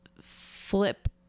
flip